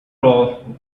all